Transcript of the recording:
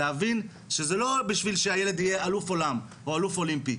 להבין שזה לא בשביל שהילד יהיה אלוף העולם או אלוף אולימפי,